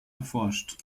erforscht